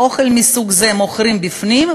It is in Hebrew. אוכל מסוג זה מוכרים בפנים,